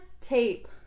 tape